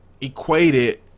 equated